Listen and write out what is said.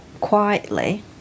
quietly